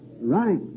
Right